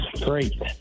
Great